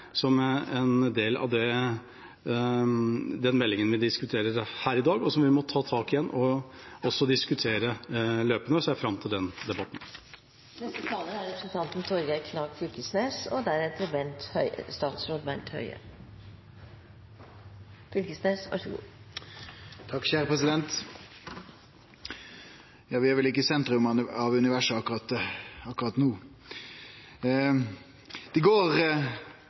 også en del av den rettferdighetsdebatten som vi er nødt til å ta, som vi ikke er ferdig med som en følge av den meldinga vi diskuterer her i dag, og som vi må ta tak i igjen og diskutere løpende. Jeg ser fram til den debatten. Nei, vi er vel ikkje i sentrum av universet akkurat no. Det går